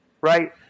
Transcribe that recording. right